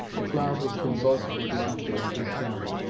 the crowd was convulsed with laughter at this sally.